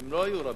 הם לא היו רבים,